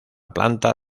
planta